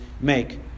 make